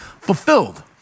fulfilled